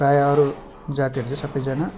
प्रायः अरू जातिहरू चाहिँ सबैजना